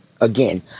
Again